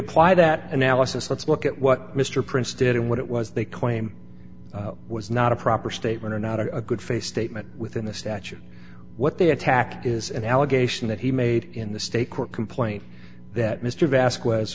apply that analysis let's look at what mr prince did and what it was they claim was not a proper statement or not a good face statement within the statute what they attack is an allegation that he made in the state court complaint that mr vast was